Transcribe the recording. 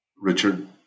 Richard